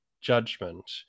judgment